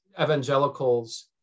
evangelicals